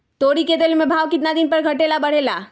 तोरी के तेल के भाव केतना दिन पर घटे ला बढ़े ला?